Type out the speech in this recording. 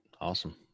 awesome